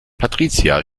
patricia